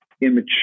immature